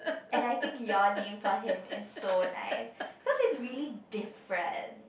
and I think your name for him is so nice because it's really different